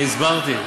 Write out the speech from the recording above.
אני הסברתי.